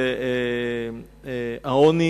אדוני